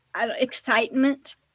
excitement